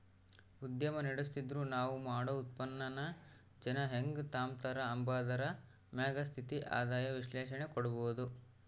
ಉದ್ಯಮ ನಡುಸ್ತಿದ್ರ ನಾವ್ ಮಾಡೋ ಉತ್ಪನ್ನಾನ ಜನ ಹೆಂಗ್ ತಾಂಬತಾರ ಅಂಬಾದರ ಮ್ಯಾಗ ಸ್ಥಿರ ಆದಾಯ ವಿಶ್ಲೇಷಣೆ ಕೊಡ್ಬೋದು